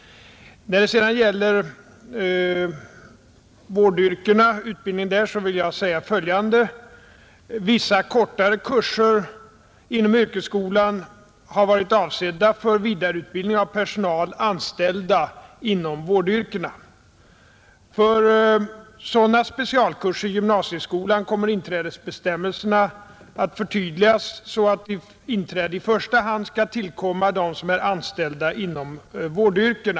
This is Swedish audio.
När det sedan gäller utbildningen inom vårdyrkena vill jag säga följande. Vissa kortare kurser inom yrkesskolan har varit avsedda för vidareutbildning av personal anställd inom vårdyrkena. För sådana specialkurser i gymnasieskolan kommer inträdesbestämmelserna att förtydligas så att inträde i första hand skall tillkomma dem som är anställda inom vårdyrkena.